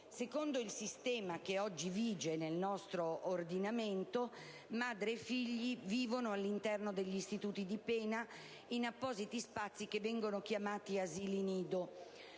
Secondo il sistema attualmente vigente nel nostro ordinamento, madri e figli vivono all'interno degli istituti di pena in appositi spazi denominati «asili nido»,